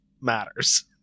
matters